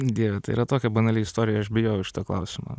dieve tai yra tokia banali istorija aš bijojau šito klausimo